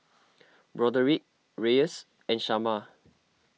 Broderick Reyes and Shamar